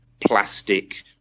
plastic